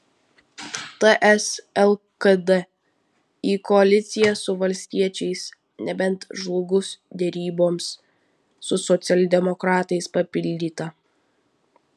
ts lkd į koaliciją su valstiečiais nebent žlugus deryboms su socialdemokratais papildyta